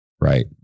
right